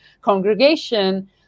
congregation